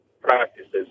practices